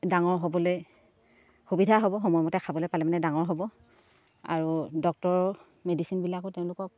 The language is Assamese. ডাঙৰ হ'বলৈ সুবিধা হ'ব সময়মতে খাবলৈ পালে মানে ডাঙৰ হ'ব আৰু ডক্টৰৰ মেডিচিনবিলাকো তেওঁলোকক